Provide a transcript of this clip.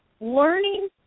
Learning